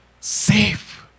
safe